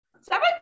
seven